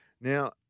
Now